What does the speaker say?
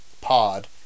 pod